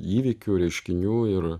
įvykių reiškinių ir